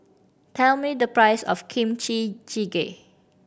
tell me the price of Kimchi Jjigae